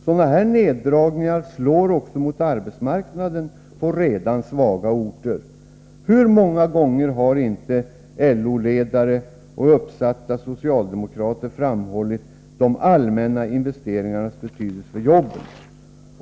Sådana här neddragningar slår också mot arbetsmarknaden på redan svaga orter. Hur många gånger har inte LO-ledare och högt uppsatta socialdemokrater framhållit de allmänna investeringarnas betydelse för arbetena?